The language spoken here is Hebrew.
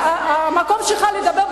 המקום שלך לדבר,